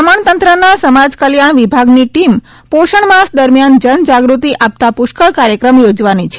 દમજ઼તંત્રના સમાજકલ્યાજ઼ વિભાગની ટીમ પોષજ઼ માસ દરમ્યાન જનજાગૃતિ લાપતા પુષ્કળ કાર્યક્રમ યોજવાની છે